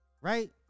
Right